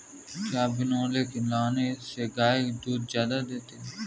क्या बिनोले खिलाने से गाय दूध ज्यादा देती है?